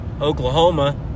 Oklahoma